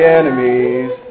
enemies